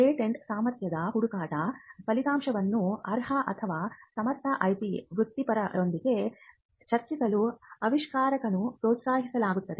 patent ಸಾಮರ್ಥ್ಯದ ಹುಡುಕಾಟದ ಫಲಿತಾಂಶವನ್ನು ಅರ್ಹ ಅಥವಾ ಸಮರ್ಥ IP ವೃತ್ತಿಪರರೊಂದಿಗೆ ಚರ್ಚಿಸಲು ಆವಿಷ್ಕಾರಕರನ್ನು ಪ್ರೋತ್ಸಾಹಿಸಲಾಗುತ್ತದೆ